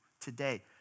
today